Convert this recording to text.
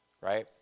right